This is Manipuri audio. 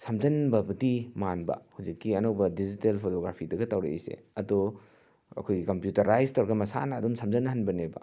ꯁꯝꯖꯟꯕꯕꯨꯗꯤ ꯃꯥꯟꯕ ꯍꯧꯖꯤꯛꯀꯤ ꯑꯅꯧꯕ ꯗꯤꯖꯤꯇꯦꯜ ꯐꯣꯇꯣꯒ꯭ꯔꯥꯐꯤꯗꯒ ꯇꯧꯔꯛꯏꯔꯁꯦ ꯑꯗꯣ ꯑꯩꯈꯣꯏꯒꯤ ꯀꯝꯄꯨꯇꯔꯥꯏꯁ ꯇꯧꯔꯒ ꯃꯁꯥꯅ ꯑꯗꯨꯝ ꯁꯝꯖꯟꯍꯟꯕꯅꯦꯕ